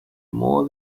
more